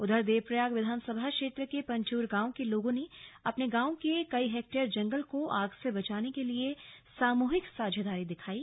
उधर देवप्रयाग विधानसभा क्षेत्र के पंचूर गांव के लोगों ने अपने गांव के कई हेक्टयर जंगल को आग से बचाने के लिए सामूहिक साझेदारी दिखायी